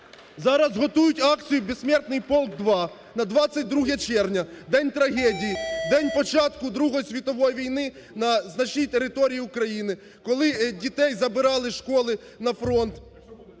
зараз готують акцію "Бессмертный полк - 2" на 22 червня – день трагедії, день початку Другої світової війни на значній території України, коли дітей забирали з школи на фронт.